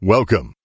Welcome